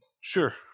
sure